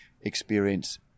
experience